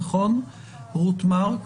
רוב מרק,